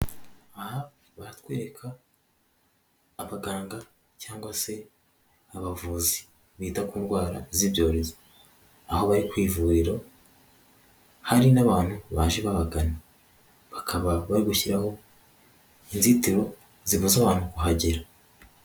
Aha baratwereka abaganga cyangwa se abavuzi bita ku ndwara z'ibyorezo, aho bari ku ivuriro, hari n'abantu baje babagana, bakaba bari gushyiraho inzitiro zibuza abantu kuhagera.